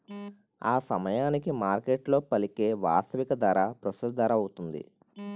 ఆసమయానికి మార్కెట్లో పలికే వాస్తవిక ధర ప్రస్తుత ధరౌతుంది